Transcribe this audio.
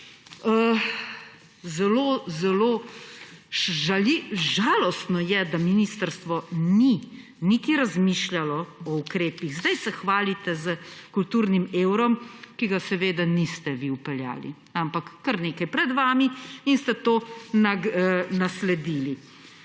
Zelo zelo žalostno je, da ministrstvo ni niti razmišljalo o ukrepih. Zdaj se hvalite s kulturnim evrom, ki ga seveda niste vi vpeljali, ampak kar nekaj pred vami in ste to nasledili.